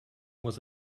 was